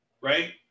right